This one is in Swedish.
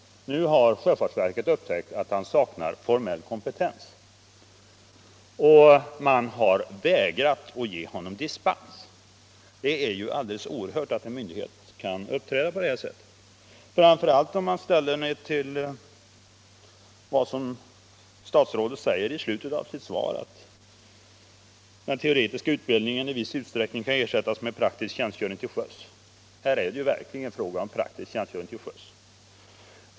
Nu har sjöfartsverket upptäckt att han saknar formell kompetens, och man har vägrat att ge honom dispens. Det är alldeles oerhört att en myndighet kan uppträda så, framför allt om man ställer det i relation till vad statsrådet säger i slutet av sitt svar att ”den teoretiska utbildningen i viss utsträckning kan ersättas med praktisk tjänstgöring till sjöss”. Här är det ju verkligen fråga om praktisk tjänstgöring till sjöss.